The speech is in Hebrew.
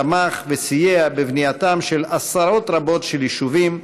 תמך וסייע בבנייתם של עשרות רבות של יישובים,